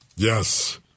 Yes